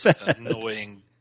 annoying